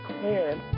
clear